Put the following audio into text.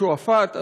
בשועפאט,